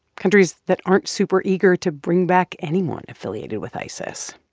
countries that aren't super eager to bring back anyone affiliated with isis